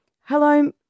hello